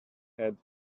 had